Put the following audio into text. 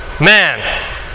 man